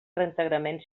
reintegrament